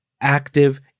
active